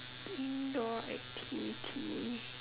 indoor activity